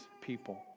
people